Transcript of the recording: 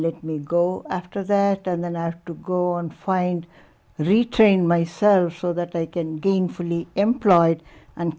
let me go after that and then i have to go and find retrain myself so that they can gainfully employed and